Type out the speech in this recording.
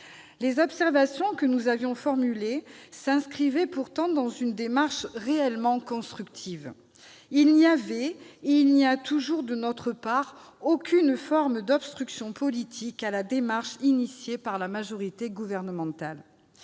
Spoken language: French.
Les observations que nous avions formulées s'inscrivaient pourtant dans une démarche réellement constructive. Il n'y avait et il n'y a toujours de notre part aucune forme d'obstruction politique à la démarche engagée par la majorité gouvernementale.